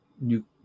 new